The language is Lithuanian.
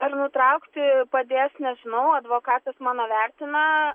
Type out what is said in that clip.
ar nutraukti padės nežinau advokatas mano vertina